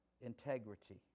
integrity